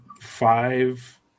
five